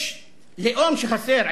יש לאום שחסר,